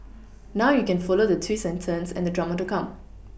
now you can follow the twists and turns and the drama to come